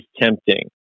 tempting